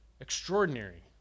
Extraordinary